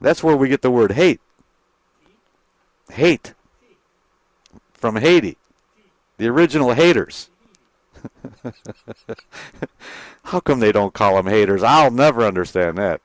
that's where we get the word hate hate from haiti the original haters that's how come they don't call him haters i'll never understand that